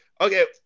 Okay